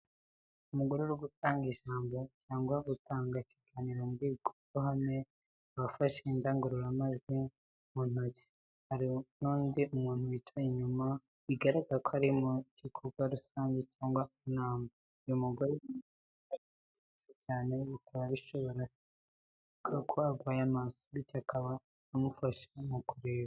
Umugore uri gutanga ijambo cyangwa gutanga ikiganirombwirwa ruhame, akaba afashe indangururamajwi mu ntoki. Hari n’undi muntu wicaye inyuma, bigaragaza ko ari mu gikorwa rusange cyangwa inama. Uyu mugore yambaye amadarubindi meza cyane bikaba bishoboka ko arwaye amaso, bityo akaba amufasha mu kureba neza.